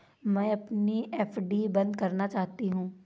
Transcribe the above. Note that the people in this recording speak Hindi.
मैं अपनी एफ.डी बंद करना चाहती हूँ